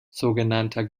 sogenannter